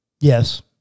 yes